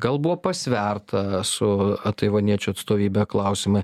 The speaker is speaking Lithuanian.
gal buvo pasverta su taivaniečių atstovybe klausimai